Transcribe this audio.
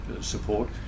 support